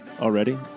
already